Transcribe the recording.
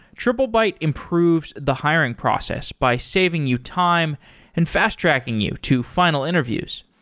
trip lebyte improves the hiring process by saving you time and fast-tracking you to final interviews.